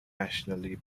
nationally